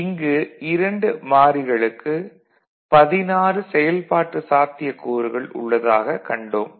இங்கு 2 மாறிகளுக்கு 16 செயல்பாட்டு சாத்தியக்கூறுகள் உள்ளதாகக் கண்டோம்